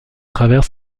travers